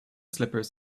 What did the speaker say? slippers